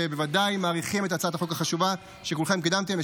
שבוודאי מעריכים את הצעת החוק החשובה שכולכם קידמתם.